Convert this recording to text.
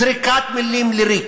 זריקת מילים לריק,